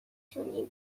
تونی